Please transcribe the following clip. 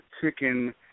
chicken